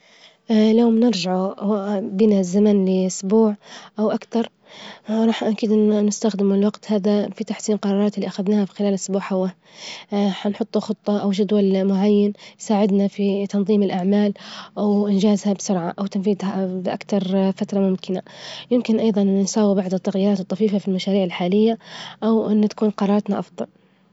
لوبنرجعوا بنا الزمن لأسبوع أوأكثر. راح أكيد نستخدم الوجت هذا في تحسين الجرارات إللي أخذناها في خلال أسبوع هوى هنحطوا خطة أوجدول معين، يساعدنا في تنظيم الأعمال، وإنجازها بسرعة، أوتنفيذها بأكثر فترة ممكنة، ممكن أيظا نساوى بعظ التغييرات الطفيفة في المشاريع الحالية، أوإن تكون جراراتنا أفظل.